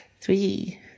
three